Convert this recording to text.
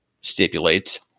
stipulates